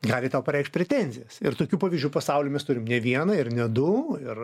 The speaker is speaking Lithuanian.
gali tai tau pareikšt pretenzijas ir tokių pavyzdžių pasauly mes turim ne vieną ir ne du ir